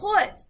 put